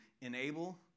enable